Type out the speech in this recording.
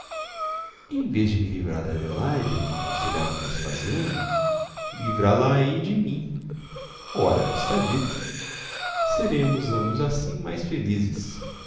em vez de me livrar da adelaide como aconselhava o vespasiano livrá la ei de mim ora está dito seremos ambos assim mais felizes